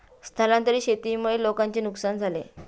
स्थलांतरित शेतीमुळे लोकांचे नुकसान होते